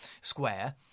Square